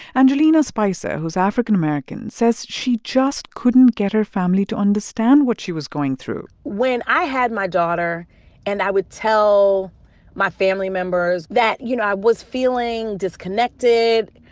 angelina spicer, who's african american, says she just couldn't get her family to understand what she was going through when i had my daughter and i would tell my family members that, you know, i was feeling disconnected,